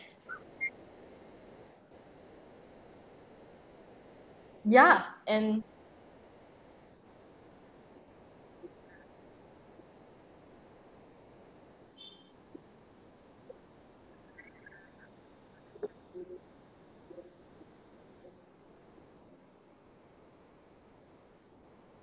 ya and